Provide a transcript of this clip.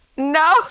No